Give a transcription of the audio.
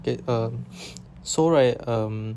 it um so right um